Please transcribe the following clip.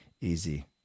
easy